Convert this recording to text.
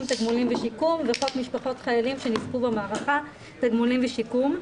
(תגמולים ושיקום) וחוק משפחות חיילים שנספו במערכה (תגמולים ושיקום).